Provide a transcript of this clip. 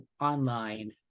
online